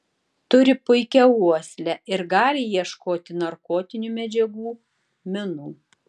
turi puikią uoslę ir gali ieškoti narkotinių medžiagų minų